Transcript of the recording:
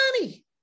money